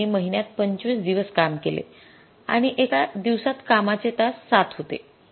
आणि त्यांनी महिन्यात 25 दिवस काम केले आणि एका दिवसात कामाचे तास 7 होते